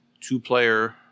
two-player